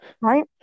Right